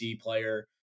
player